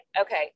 Okay